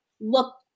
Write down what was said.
look